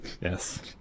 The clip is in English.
Yes